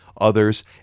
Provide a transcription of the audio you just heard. others